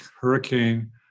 hurricane